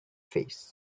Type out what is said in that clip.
face